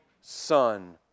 Son